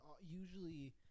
usually